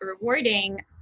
rewarding